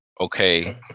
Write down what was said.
okay